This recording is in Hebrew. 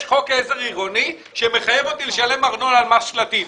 יש חוק עזר עירוני שמחייב אותי לשלם ארנונה על מס שלטים.